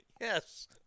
Yes